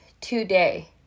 today